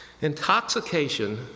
Intoxication